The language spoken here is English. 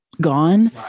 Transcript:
gone